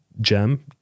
Gem